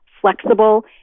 flexible